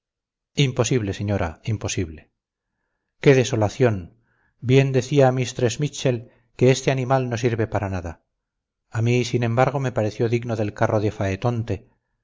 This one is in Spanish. imposible señora imposible qué desolación bien decía mistress mitchell que este animal no sirve para nada a mí sin embargo me pareció digno del carro de